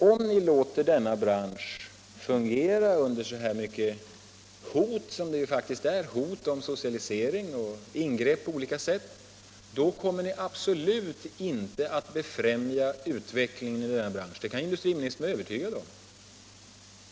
Om ni låter den fungera under så mycket av hot — som det faktiskt gäller — om socialisering och ingrepp på olika sätt, kommer ni absolut inte att befrämja utvecklingen inom branschen. Det kan industriministern vara övertygad om.